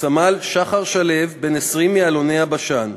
סמל שחר שלו, בן 20, מאלוני-הבשן.